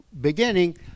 beginning